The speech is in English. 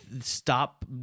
stop